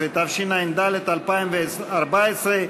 12), התשע"ד 2014,